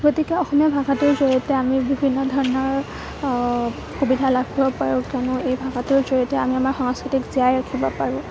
গতিকে অসমীয়া ভাষাটোৰ জৰিয়তে আমি বিভিন্ন ধৰণৰ সুবিধা লাভ কৰিব পাৰোঁ কিয়নো এই ভাষাটোৰ জৰিয়তে আমি আমাৰ সংস্কৃতিক জীয়াই ৰাখিব পাৰোঁ